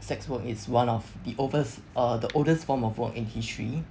sex work is one of the overs uh the oldest form of work in history